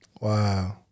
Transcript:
wow